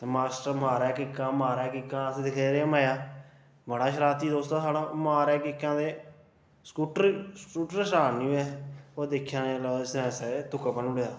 master मारै किक्कां मारै किक्कां अस दिखदे रेह् मजा बड़ा शरारती दोस्त हा साढ़ा ओह् मारे किक्कां ते स्कूटर स्कूटर स्टाट नेईं होऐ ओह् दिक्खेआ जेल्लै ओह् साइलेंसरे च तुक्का भन्नी ओड़े दा